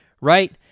right